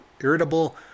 irritable